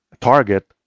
target